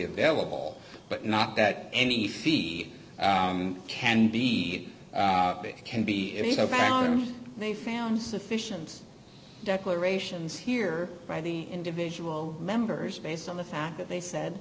available but not that any fee can be can be found they found sufficient declarations here by the individual members based on the fact that they said